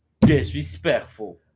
Disrespectful